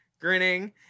grinning